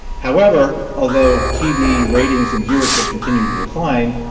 however, although tv ratings and viewership continue to decline,